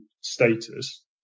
status